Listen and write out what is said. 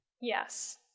Yes